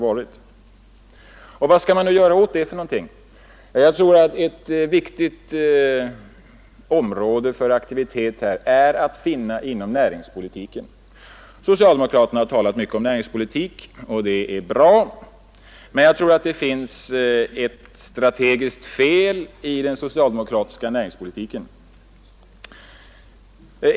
Vad skall man göra åt det? — Jag tror att ett viktigt område för aktivitet härvidlag är att finna inom näringspolitiken. Socialdemokraterna har talat mycket om näringspolitik, och det är bra, men jag tror att det finns ett strategiskt fel i den socialdemokratiska näringspolitiken.